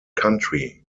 country